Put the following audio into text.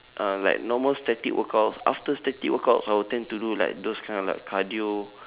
um like normal static workouts after static workouts I will tend to do like those kind of like cardio